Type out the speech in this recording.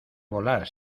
volar